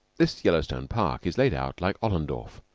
this yellowstone park is laid out like ollendorf,